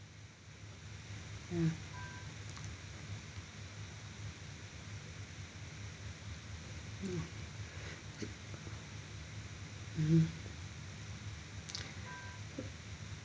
ya mm mmhmm